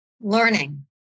learning